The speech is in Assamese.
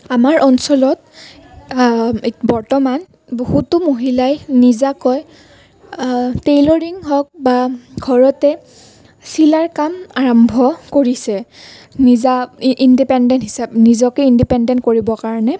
আমাৰ অঞ্চলত বৰ্তমান বহুতো মহিলাই নিজাকৈ টেলাৰিং হওক বা ঘৰতে চিলাই কাম আৰম্ভ কৰিছে নিজা ইণ্ডিপেণ্ডেত হিচাপে নিজকে ইণ্ডিপেণ্ডেত কৰিবৰ কাৰণে